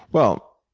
well,